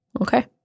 Okay